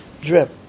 drip